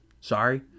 sorry